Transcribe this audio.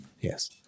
Yes